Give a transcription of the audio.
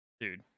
Dude